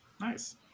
Nice